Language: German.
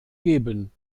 geben